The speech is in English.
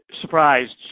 surprised